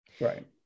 right